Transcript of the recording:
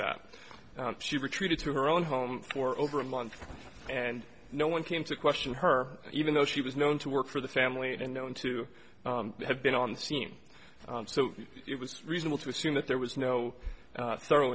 that she retreated to her own home for over a month and no one came to question her even though she was known to work for the family and known to have been on the scene so it was reasonable to assume that there was no thorough